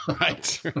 Right